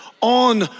on